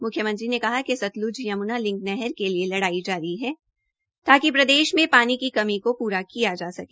म्ख्यमंत्री ने कहा कि सतल्ज यम्ना लिंक नहर के लिए लड़ाई जारी है ताकि प्रदेश में पानी की कमी को पूरा किया जा सके